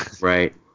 Right